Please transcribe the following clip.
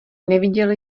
neviděl